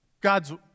God's